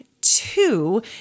two